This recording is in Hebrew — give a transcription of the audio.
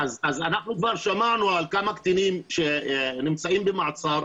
אז אנחנו כבר שמענו על כמה קטינים שנמצאים במעצר.